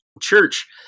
Church